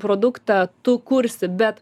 produktą tu kursi bet